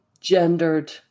gendered